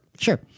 sure